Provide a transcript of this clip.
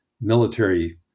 military